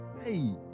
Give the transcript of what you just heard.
Hey